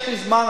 יש לי זמן,